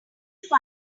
fight